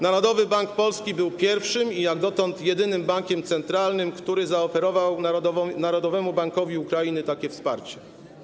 Narodowy Bank Polski był pierwszym i jak dotąd jedynym bankiem centralnym, który zaoferował Narodowemu Bankowi Ukrainy takie wsparcie.